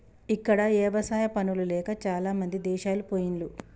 ఇక్కడ ఎవసాయా పనులు లేక చాలామంది దేశాలు పొయిన్లు